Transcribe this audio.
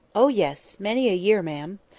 oh, yes! many a year, ma'am.